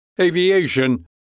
aviation